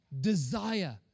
desire